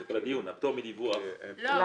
אם